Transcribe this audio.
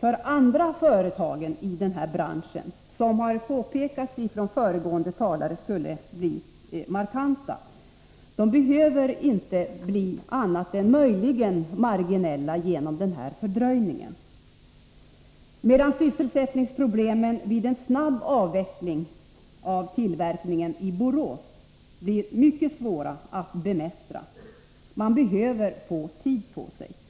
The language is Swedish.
för andra företag i den här branschen, som enligt föregående talare skulle bli markanta, behöver inte bli annat än möjligen marginella genom den här fördröjningen, medan sysselsättningsproblemen vid en snabb avveckling av tillverkningen i Borås blir mycket svåra att bemästra. Man behöver få tid på sig.